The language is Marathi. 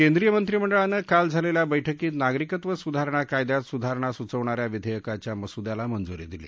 केंद्रिय मंत्रीमंडळाने काल झालेल्या बैठकीत नागरिकत्व सुधारणा कायद्यात सुधारणा सूचवणाऱ्या विधेयकाच्या मसुद्याला मंजूरी दिली